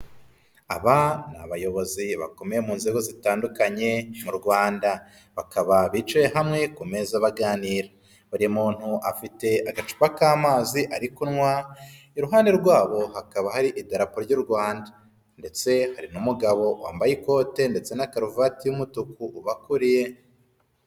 Aba ni abayobozi bakomeye mu nzego zitandukanye mu Rwanda, bakaba bicaye hamwe ku meza baganira, buri muntu afite agacupa k'amazi ari kunywa, iruhande rwabo hakaba hari idarapo ry'u Rwanda ndetse hari n'umugabo wambaye ikote, ndetse na karuvati y'umutuku ubakuriye.